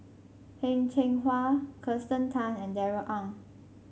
Heng Cheng Hwa Kirsten Tan and Darrell Ang